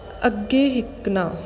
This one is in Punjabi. ਅੱਗੇ ਹਿੱਕਨਾ